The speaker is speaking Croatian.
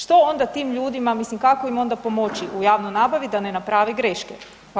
Što onda tim ljudima, mislim kako im onda pomoći u javnoj nabavi da ne naprave greške?